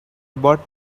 bought